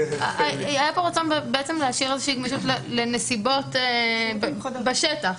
היה כאן רצון להשאיר גמישות לנסיבות בשטח.